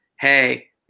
hey